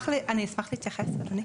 אני אשמח, אני אשמח להתייחס, אדוני.